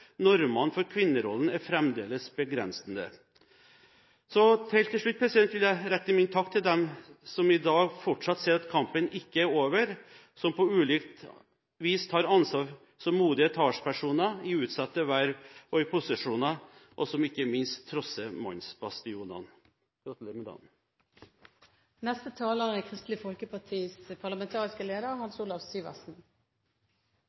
Normene for kvinnerollen er fremdeles begrensende. Så helt til slutt vil jeg rette min takk til dem som i dag fortsatt ser at kampen ikke er over, som på ulikt vis tar ansvar som modige talspersoner, i utsatte verv og i posisjoner, og som ikke minst trosser mannsbastionene.